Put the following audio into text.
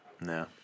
No